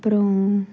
அப்புறம்